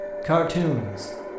Cartoons